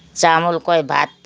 चामलकै भात